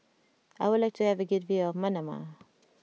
I would like to have a good view of Manama